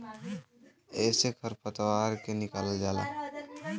एसे खर पतवार के निकालल जाला